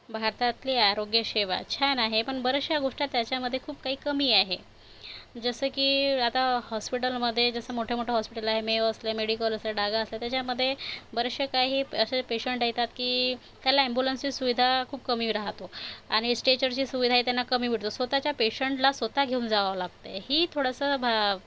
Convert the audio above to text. भारतातली आरोग्यसेवा छान आहे पण बऱ्याचश्या गोष्टी त्याच्यामध्ये खूप काही कमी आहे जसं की आता हॉस्पिटलमध्ये जसं मोठे मोठे हॉस्पिटल आहे मेयो असले मेडिकल असले डागा असले त्याच्यामध्ये बरेचसे काही असे पेशंट येतात की त्याला ॲम्ब्युलन्सची सुविधा खूप कमी राहते आणि स्टेचरची सुविधाही त्यांना कमी भेटते स्वत च्या पेशंटला स्वत घेऊन जावं लागतं ही थोडंसं भा